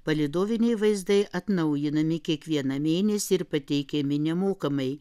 palydoviniai vaizdai atnaujinami kiekvieną mėnesį ir pateikiami nemokamai